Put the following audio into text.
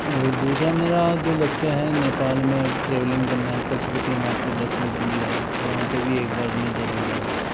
और दूसरा मेरा जो लक्ष्य हैं नेपाल में ट्रैवलिंग करना है पशुपतिनाथ के दर्शन करने है तो वहाँ पर भी एक बार मैं ज़रूर जाऊँ